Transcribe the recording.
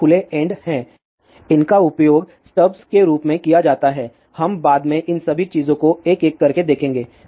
ये खुले एन्ड हैं इनका उपयोग स्टब्स के रूप में किया जाता है हम बाद में इन सभी चीजों को एक एक करके देखेंगे